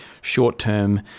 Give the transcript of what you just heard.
short-term